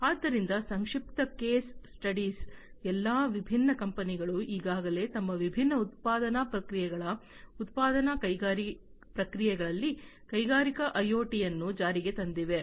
ಆದ್ದರಿಂದ ಸಂಕ್ಷಿಪ್ತ case studies ಎಲ್ಲಾ ವಿಭಿನ್ನ ಕಂಪನಿಗಳು ಈಗಾಗಲೇ ತಮ್ಮ ವಿಭಿನ್ನ ಉತ್ಪಾದನಾ ಪ್ರಕ್ರಿಯೆಗಳ ಉತ್ಪಾದನಾ ಪ್ರಕ್ರಿಯೆಗಳಲ್ಲಿ ಕೈಗಾರಿಕಾ ಐಒಟಿಯನ್ನು ಜಾರಿಗೆ ತಂದಿವೆ